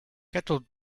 kettle